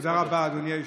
תודה רבה, אדוני היושב-ראש.